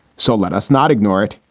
so let us not ignore it.